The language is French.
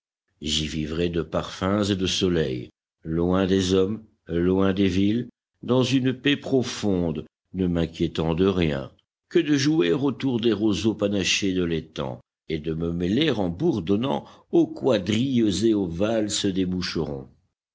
j'y vivrais de parfums et de soleil loin des hommes loin des villes dans une paix profonde ne m'inquiétant de rien que de jouer autour des roseaux panachés de l'étang et de me mêler en bourdonnant aux quadrilles et aux valses des